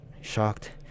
shocked